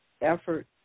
effort